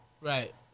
right